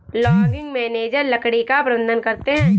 logging manager लकड़ी का प्रबंधन करते है